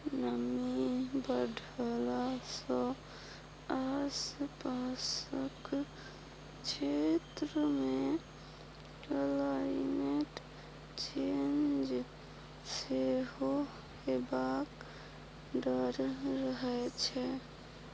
नमी बढ़ला सँ आसपासक क्षेत्र मे क्लाइमेट चेंज सेहो हेबाक डर रहै छै